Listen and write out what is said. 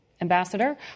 Ambassador